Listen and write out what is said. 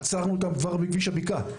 עצרנו אותם כבר בכביש הבקעה.